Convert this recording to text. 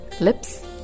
lips